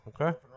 Okay